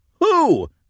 Who